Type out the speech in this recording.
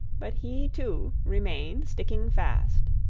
but he too remained sticking fast.